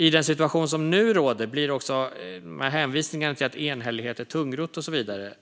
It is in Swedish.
I den situation som nu råder blir hänvisningarna till att enhällighet är tungrott och så vidare